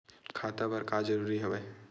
खाता का बर जरूरी हवे?